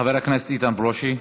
חבר הכנסת איתן ברושי,